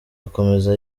akomeza